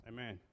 Amen